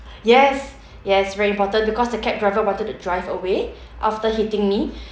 yes yes very important because the cab driver wanted to drive away after hitting me